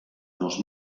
dos